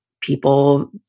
People